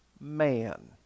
man